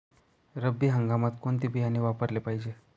रब्बी हंगामात कोणते बियाणे वापरले पाहिजे?